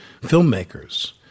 filmmakers